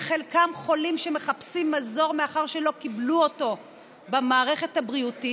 חלקם חולים שמחפשים מזור מאחר שלא קיבלו אותה במערכת הבריאותית?